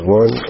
one